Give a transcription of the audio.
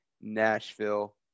Nashville